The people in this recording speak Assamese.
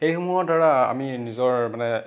সেইসমূহৰ দ্বাৰা আমি নিজৰ মানে